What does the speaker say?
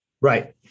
Right